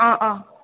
অঁ অঁ